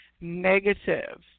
negative